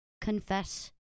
confess